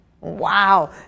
Wow